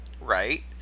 Right